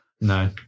No